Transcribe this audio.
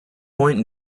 point